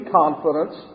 confidence